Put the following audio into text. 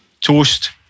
toast